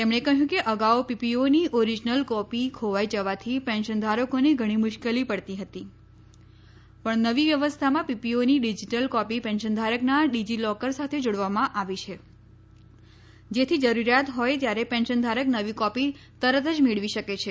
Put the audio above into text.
તેમણે કહ્યું કે અગાઉ પીપીઓની ઓરિજનલ કોપી ખોવાઈ જવાથી પેન્શન ધારકોને ઘણી મુશ્કેલી પડતી હતી પણ નવી વ્યવસ્થામાં પીપીઓની ડિઝિટલ ક્રોપી પેન્શનધારકના ડિજી લોકર સાથે જોડવામાં આવી છે જેથી જરૂરીયાત હોય ત્યારે પેન્શનધારક નવી કોપી તરત જ મેળવી શકે છે